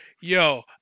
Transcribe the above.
yo